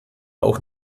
auch